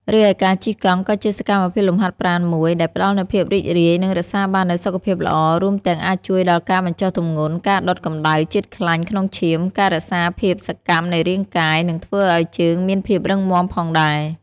រីឯការជិះកង់ ក៏ជាសកម្មភាពលំហាត់ប្រាណមួយ ដែលផ្តល់នូវភាពរីករាយ និងរក្សាបាននូវសុខភាពល្អ រួមទាំងអាចជួយដល់ការបញ្ចុះទម្ងន់ ការដុតកម្តៅជាតិខ្លាញ់ក្នុងឈាម ការរក្សាភាពសកម្មនៃរាងកាយ និងធ្វើឱ្យជើងមានភាពរឹងមាំផងដែរ។